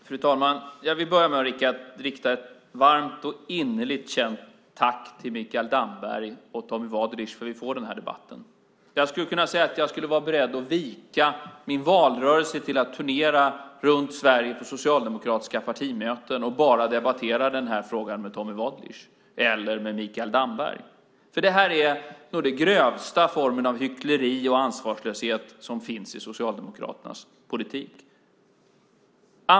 Fru talman! Jag vill börja med att rikta ett varmt och innerligt känt tack till Mikael Damberg och Tommy Waidelich för att vi får den här debatten. Jag skulle vara beredd att vika min valrörelse till att turnera runt Sverige på socialdemokratiska partimöten och bara debattera den här frågan med Tommy Waidelich eller Mikael Damberg. Det här är nog den grövsta formen av hyckleri och ansvarslöshet som finns i Socialdemokraternas politik.